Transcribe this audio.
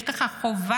יש לך חובה,